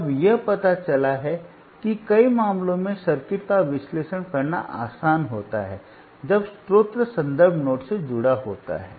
अब यह पता चला है कि कई मामलों में सर्किट का विश्लेषण करना आसान होता है जब स्रोत संदर्भ नोड से जुड़ा होता है